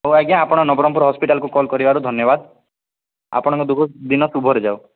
ହଉ ଆଜ୍ଞା ଆପଣ ନବରଙ୍ଗପୁର ହସ୍ପିଟାଲ୍କୁ କଲ୍ କରିବାରୁ ଧନ୍ୟବାଦ ଆପଣଙ୍କ ଦିନ ଶୁଭରେ ଯାଉ